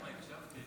למה, הקשבתי.